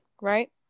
right